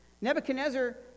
Nebuchadnezzar